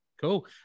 Cool